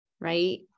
Right